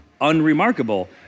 unremarkable